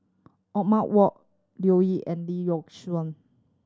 Othman Wok Leo Yip and Lee Yock Suan